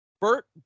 Bert